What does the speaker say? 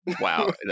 Wow